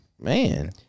Man